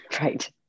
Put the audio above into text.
Right